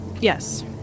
Yes